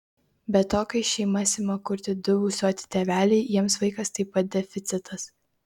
be to kai šeimas ima kurti du ūsuoti tėveliai jiems vaikas taip pat deficitas